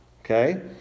okay